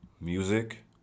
music